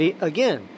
Again